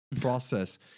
process